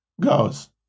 goes